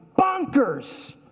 bonkers